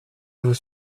vous